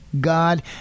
God